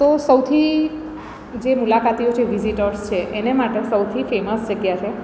તો સૌથી જે મુલાકાતીઓ છે વિઝિટર્સ છે એને માટે સૌથી ફેમસ જગ્યા છે